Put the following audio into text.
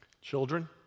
Children